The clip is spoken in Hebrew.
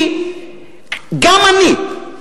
כי גם אני,